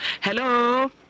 Hello